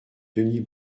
denis